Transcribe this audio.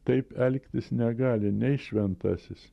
taip elgtis negali nei šventasis